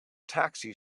taxi